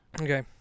Okay